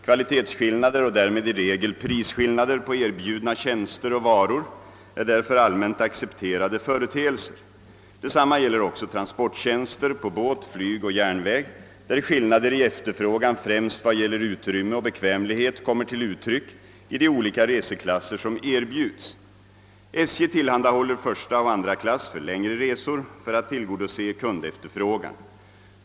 Kvalitetsskillnader och därmed i regel prisskillnader på erbjudna tjänster och varor är därför allmänt accepterade företeelser. Detsamma gäller också transporttjänster på båt, flyg och järnväg, där skillnader i efterfrågan främst vad gäller utrymme och bekvämlighet kommer till uttryck i de olika resklasser som erbjuds. SJ tillhandahåller första och andra klass för längre resor för att tillgodose kundefterfrågan.